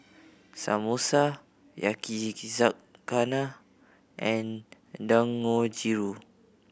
Samosa Yaki zakana and Dangojiru